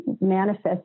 manifest